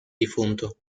difunto